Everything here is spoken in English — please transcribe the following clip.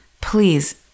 Please